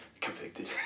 convicted